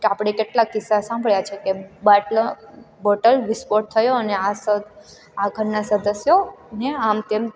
કે આપણે કેટલા કિસ્સા સાંભળ્યા છે કે બાટલા બોટલ વિસ્ફોટ થયો અને આ સ આ ઘરના સદસ્યોને આમ તેમ